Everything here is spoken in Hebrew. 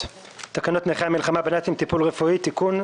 תקנות נכי המלחמה בנאצים (טיפול רפואי) (תיקון),